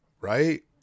right